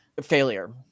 failure